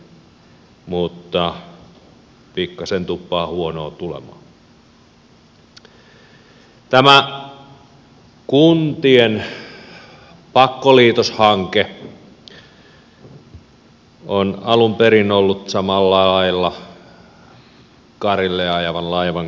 tämä kuntien pakkoliitoshanke on alun perin ollut samalla lailla karille ajavan laivan kyydissä